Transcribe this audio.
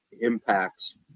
impacts